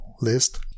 list